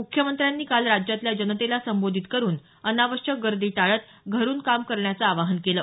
मुख्यमंत्र्यांनी काल राज्यातल्या जनतेला संबोधित करून अनावश्यक गर्दी टाळत घरून काम करण्याचं आवाहन केलं